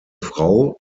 frau